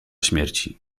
śmierci